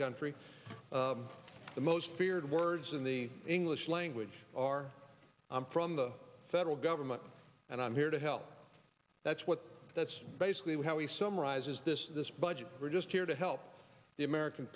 country the most feared words in the english language are i'm from the federal government and i'm here to help that's what that's basically how we summarize is this this budget we're just here to help the american